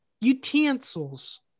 utensils